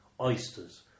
oysters